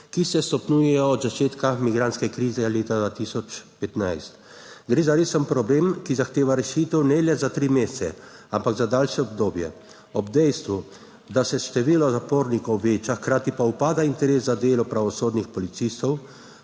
ki se stopnjujejo od začetka migrantske krize leta 2015. Gre za resen problem, ki zahteva rešitev ne le za tri mesece, ampak za daljše obdobje. Ob dejstvu, da se število zapornikov veča, hkrati pa upada interes za delo pravosodnih policistov,